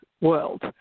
world